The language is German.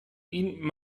ihn